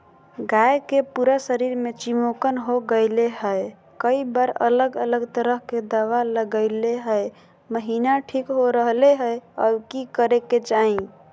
गाय के पूरा शरीर में चिमोकन हो गेलै है, कई बार अलग अलग तरह के दवा ल्गैलिए है महिना ठीक हो रहले है, अब की करे के चाही?